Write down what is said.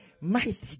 mighty